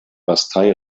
bastei